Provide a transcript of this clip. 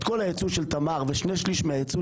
את כל הייצוא של תמר ושני שליש מהייצוא